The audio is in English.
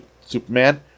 Superman